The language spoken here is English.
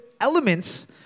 elements